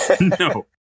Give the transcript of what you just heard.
No